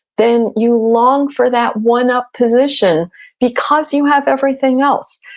then you long for that one-up position because you have everything else,